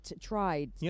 tried